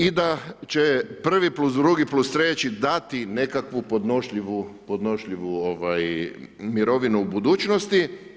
I da će prvi plus drugi plus treći dati nekakvu podnošljivu mirovinu u budućnosti.